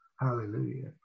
Hallelujah